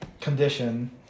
condition